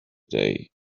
day